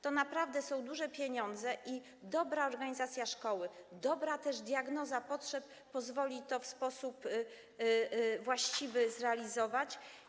To są naprawdę duże pieniądze i dobra organizacja szkoły, dobra diagnoza potrzeb pozwoli to w sposób właściwy zrealizować.